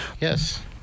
Yes